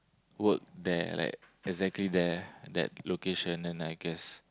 work there like exactly there that location then I guess